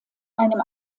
einem